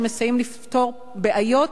שהם מסייעים לפתור בעיות